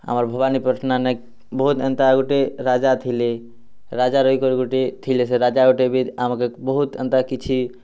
ଆମର୍ ଭବାନୀପାଟନାନେ ବହୁତ୍ ଏନ୍ତା ଗୋଟେ ରାଜା ଥିଲେ ରାଜା ରହିକରି ଗୋଟିଏ ଥିଲେ ସେ ରାଜା ଗୋଟେ ବି ଆମକେ ବହୁତ୍ ଏନ୍ତା କିଛି